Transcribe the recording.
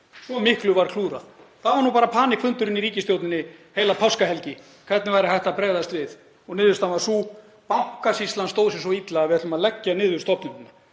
svo miklu var klúðrað. Það var nú bara panikfundurinn í ríkisstjórninni heila páskahelgi, hvernig væri hægt að bregðast við, og niðurstaðan var sú: Bankasýslan stóð sig svo illa að við ætlum að leggja niður stofnunina.